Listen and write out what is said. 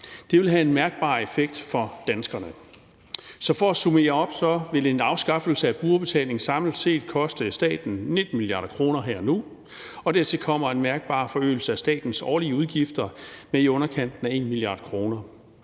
Det ville have en meget mærkbar effekt for danskerne. Så for at summere op ville en afskaffelse af brugerbetalingen samlet set koste staten 19 mia. kr. her og nu, og dertil kommer en mærkbar forøgelse af statens årlige udgifter med i underkanten af 1 mia. kr.